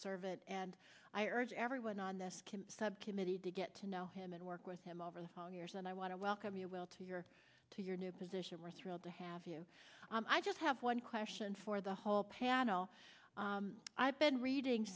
servant and i urge everyone on the subcommittee to get to know him and work with him over the years and i want to welcome you to your to your new position we're thrilled to have you i just have one question for the whole panel i've been reading